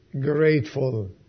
grateful